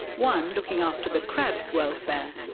one looking after the crabs' welfare,